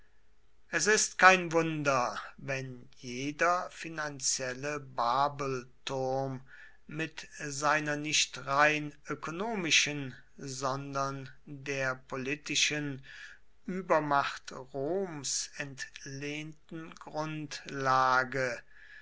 es ist kein wunder wenn jeder finanzielle babelturm mit seiner nicht rein ökonomischen sondern der politischen übermacht roms entlehnten grundlage